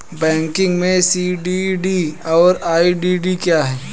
Banking में CDD और EDD क्या हैं?